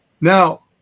Now